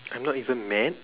I'm not even mad